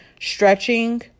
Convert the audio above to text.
stretching